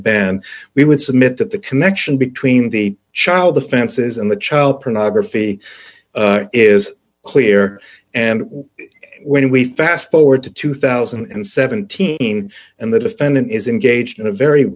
band we would submit that the connection between the child the fences and the child pornography is clear and when we fast forward to two thousand and seventeen and the defendant is engaged in a very